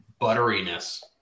butteriness